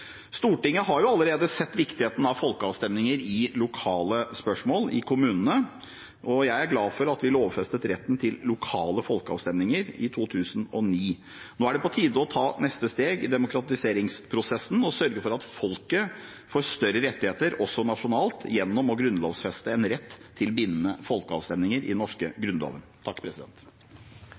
Stortinget har allerede sett viktigheten av folkeavstemninger i lokale spørsmål i kommunene, og jeg er glad for at vi lovfestet retten til lokale folkeavstemninger i 2009. Nå er det på tide å ta neste steg i demokratiseringsprosessen og sørge for at folket får større rettigheter også nasjonalt, ved å grunnlovfeste en rett til bindende folkeavstemninger i den norske Grunnloven.